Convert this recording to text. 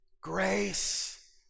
grace